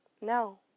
No